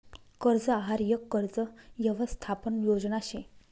कर्ज आहार यक कर्ज यवसथापन योजना शे